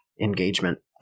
engagement